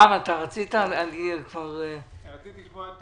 רציתי לשמוע את